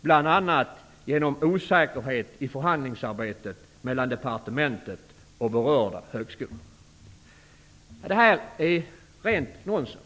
bl.a. genom osäkerhet i förhandlingsarbetet mellan departementet och berörda högskolor. Detta är rent nonsens.